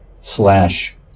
slash